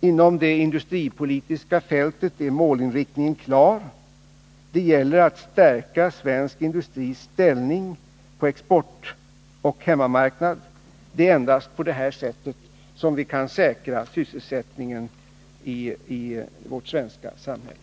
Inom det industripolitiska fältet är målinriktningen klar — det gäller att stärka svensk industris ställning på både exportoch hemmamarknaden. Endast på det sättet kan vi säkra sysselsättningen i vårt svenska samhälle.